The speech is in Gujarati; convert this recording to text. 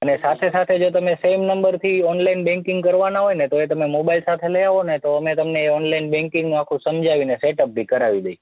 અને સાથે સાથે જો તમે સેમ નંબરથી ઓનલાઈન બેન્કિંગ કરવાના હોય ને તો એ તમે મોબાઈલ સાથે લઈ આવો ને તો અમે તમને એ ઓનલાઈન બેન્કિંગનું આખું સમજાવીને સેટઅપ બી કરાવી દઈએ